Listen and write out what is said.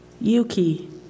Yuki